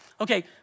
Okay